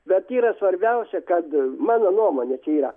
bet yra svarbiausia kad mano nuomonė čia yra